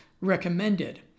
recommended